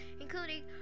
including